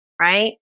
right